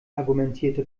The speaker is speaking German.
argumentierte